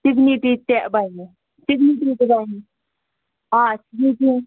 سِگنِٹی تہِ بَنہِ سِگنِٹی تہِ بَنہِ آ سِگنِٹی